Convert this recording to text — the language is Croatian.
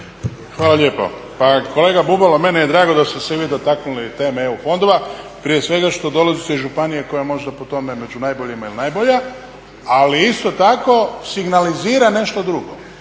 Hvala lijepo. Pa kolega Bubalo meni je drago da ste se vi dotaknuli teme EU fondova prije svega što dolazite iz županije koja je možda po tome među najbolja ili najbolja, ali isto tako signalizira nešto drugo.